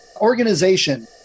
organization